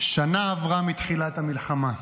שנה עברה מתחילת המלחמה.